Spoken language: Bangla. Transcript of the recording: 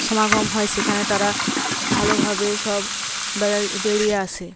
সমাগম হয় সেখানে তারা ভালোভাবে সব বেড়ায় বেড়িয়ে আসে